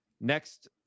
next